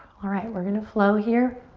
alright, we're gonna flow here.